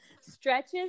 stretches